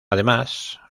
además